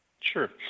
sure